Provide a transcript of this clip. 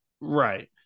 Right